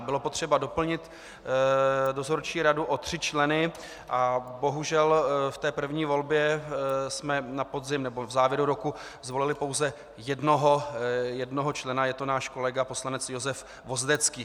Bylo potřeba doplnit dozorčí radu o tři členy a bohužel v té první volbě jsme na podzim, nebo v závěru roku zvolili pouze jednoho člena, je to náš kolega poslanec Josef Vozdecký.